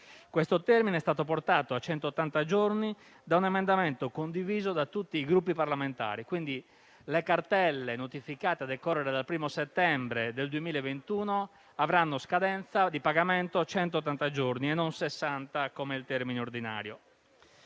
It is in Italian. Questo termine è stato portato a centottanta giorni da un emendamento condiviso da tutti i Gruppi parlamentari, quindi le cartelle notificate a decorrere dal 1° settembre 2021 avranno scadenza di pagamento a centottanta giorni e non a sessanta, come prevede il termine ordinario.